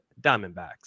Diamondbacks